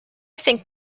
think